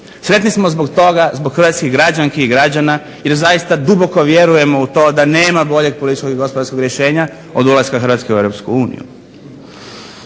Sretni smo zbog toga zbog hrvatskih građanki i građana jer zaista duboko vjerujemo u to da nema boljeg političkog i gospodarskog rješenja od ulaska Hrvatske u EU. Ali